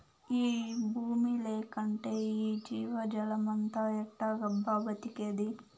ఈ బూమి లేకంటే ఈ జీవజాలమంతా ఎట్టాగబ్బా బతికేది